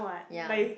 ya